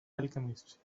alchemist